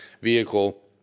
vehicle